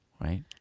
right